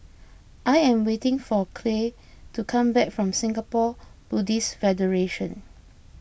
I am waiting for Clay to come back from Singapore Buddhist Federation